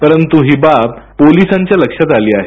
परंतु ही बाब पोलिसांच्या लक्षात आली आहे